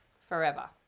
Forever